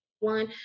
One